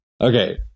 Okay